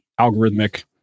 algorithmic